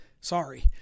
sorry